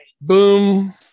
Boom